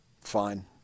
fine